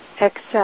accept